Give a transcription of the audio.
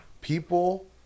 People